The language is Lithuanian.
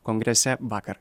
kongrese vakar